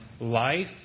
life